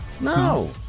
No